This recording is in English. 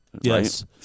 Yes